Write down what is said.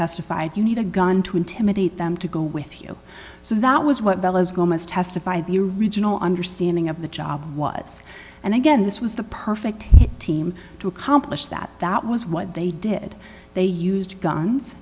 testified you need a gun to intimidate them to go with you so that was what testified the original understanding of the job was and again this was the perfect team to accomplish that that was what they did they used guns